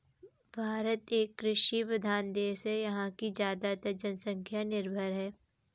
भारत एक कृषि प्रधान देश है यहाँ की ज़्यादातर जनसंख्या निर्भर है